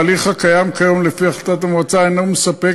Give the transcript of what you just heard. ההליך הקיים כיום לפי החלטת המועצה אינו מספק,